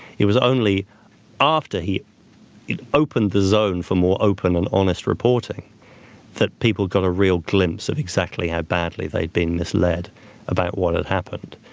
it was only after he opened the zone for more open and honest reporting that people got a real glimpse of exactly how badly they'd been misled about what had happened.